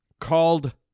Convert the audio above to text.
called